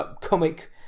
comic